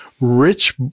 rich